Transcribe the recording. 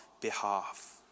behalf